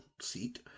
seat